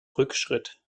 rückschritt